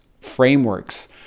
frameworks